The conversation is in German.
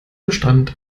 bestand